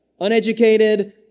uneducated